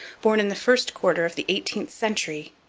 born in the first quarter of the eighteenth century,